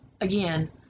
again